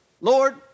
Lord